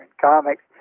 comics